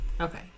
Okay